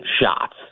shots